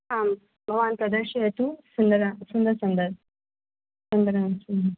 आं भवान् प्रदर्शयतु सुन्दरं सुन्दर् सुन्दर् सुन्दरं सुन्